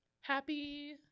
Happy